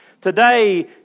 Today